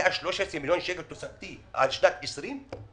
113 מיליון שקלים תוספתי על שנת 2021?